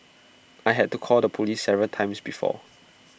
I had to call the Police several times before